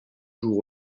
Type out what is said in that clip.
jour